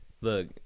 look